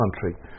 country